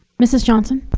mrs. johnson.